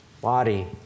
body